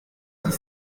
dix